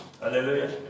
hallelujah